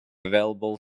available